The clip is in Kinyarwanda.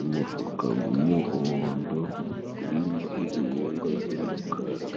Umufuka g'umuhondo gurimo ibihingwa by'umukara